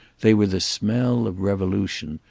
they were the smell of revolution,